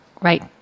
right